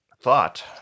thought